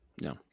No